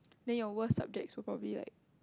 then your worst subject were probably like